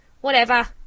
Whatever